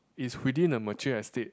is within a mature estate